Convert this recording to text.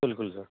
बिलकुल सर